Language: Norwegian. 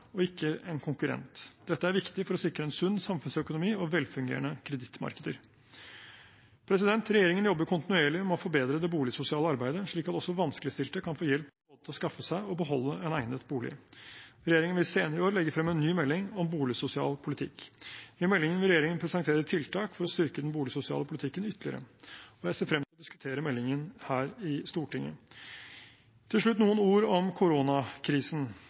og ikke en konkurrent. Dette er viktig for å sikre en sunn samfunnsøkonomi og velfungerende kredittmarkeder. Regjeringen jobber kontinuerlig med å forbedre det boligsosiale arbeidet slik at også vanskeligstilte kan få hjelp til både å skaffe seg og beholde en egnet bolig. Regjeringen vil senere i år legge frem en ny melding om boligsosial politikk. I meldingen vil regjeringen presentere tiltak for å styrke den boligsosiale politikken ytterligere, og jeg ser frem til å diskutere meldingen her i Stortinget. Til slutt noen ord om koronakrisen.